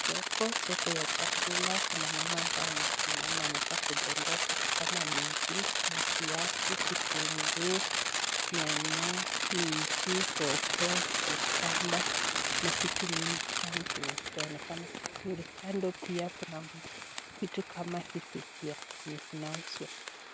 Soko soko ya chakula kuna mama ambaye amesimama anakaa kudondoa vitu kama minji, kuna viazi, vitunguu, nyanya, minji, hoho, cucumber kando pia kuna vitu kama hizi pia zenye zinauzwa.